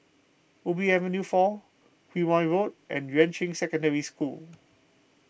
Ubi Avenue four Quemoy Road and Yuan Ching Secondary School